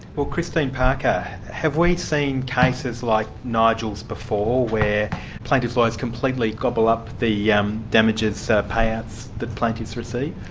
well, christine parker, have we seen cases like nigel's before, where plaintiff's lawyers completely gobble up the yeah um damages so payouts that plaintiffs receive?